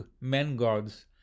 men-gods